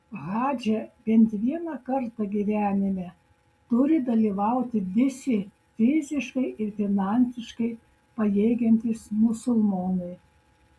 hadže bent vieną kartą gyvenime turi dalyvauti visi fiziškai ir finansiškai pajėgiantys musulmonai